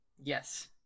Yes